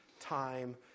time